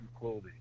Clothing